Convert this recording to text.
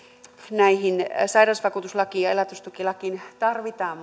näihin sairausvakuutuslakiin ja elatustukilakiin tarvitaan